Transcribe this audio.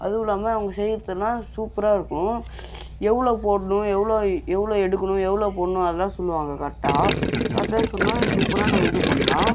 அதுவுல்லாமல் அவங்க செய்யறது எல்லாம் சூப்பராகருக்கும் எவ்வளோ போடணும் எவ்வளோ எவ்வளோ எடுக்கணும் எவ்வளோ போடணும் அதெலாம் சொல்லுவாங்க கரெக்ட்டாக கரெக்ட்டாக சொன்னால் சூப்பராக நம்ம இது பண்ணலாம்